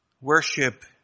worship